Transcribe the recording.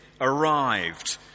arrived